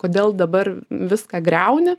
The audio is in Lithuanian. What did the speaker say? kodėl dabar viską griauni